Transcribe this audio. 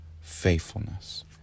faithfulness